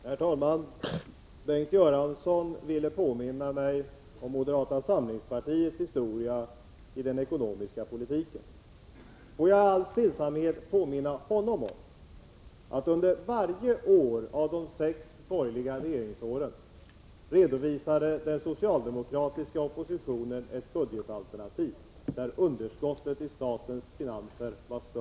Herr talman! Bengt Göransson ville påminna mig om moderata samlingspartiets historia i fråga om den ekonomiska politiken. Får jag då i all stillsamhet påminna Bengt Göransson om att den socialdemokratiska oppositionen varje år under de sex borgerliga regeringsåren redovisade ett budgetalternativ med ett underskott i statens finanser som var större än underskottet i regeringens budget.